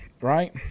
right